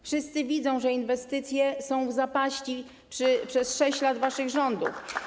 Wszyscy widzą, że inwestycje są w zapaści przez 6 lat waszych rządów.